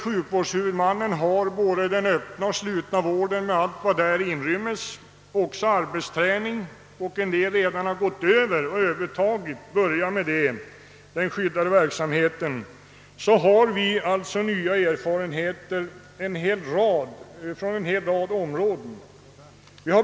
Sjukvårdens huvudmän har hand om den öppna och den slutna vården med allt vad som däri inryms — även arbetsträning — och en del har redan övertagit den skyddade verksamheten. Vi har därigenom fått nya erfarenheter från en hel rad områden.